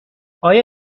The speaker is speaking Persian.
آیا